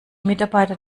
mitarbeiter